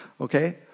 Okay